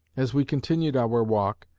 as we continued our walk,